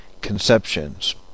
conceptions